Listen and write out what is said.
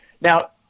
Now